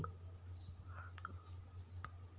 నేల ఆకృతి మొక్కల పెరుగుదలను ఎట్లా ప్రభావితం చేస్తది?